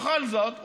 בכל זאת,